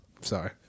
Sorry